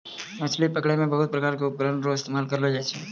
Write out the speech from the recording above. मछली पकड़ै मे बहुत प्रकार रो उपकरण रो इस्तेमाल करलो जाय छै